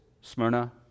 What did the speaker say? Smyrna